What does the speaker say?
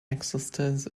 ancestors